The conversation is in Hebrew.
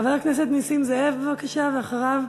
חבר הכנסת נסים זאב, בבקשה, ואחריו,